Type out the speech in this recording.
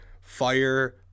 fire